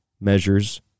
measures